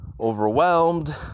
overwhelmed